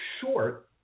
short